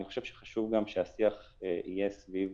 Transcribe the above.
אני חושב שגם חשוב שהשיח יהיה סביב